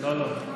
לא, לא.